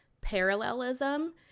parallelism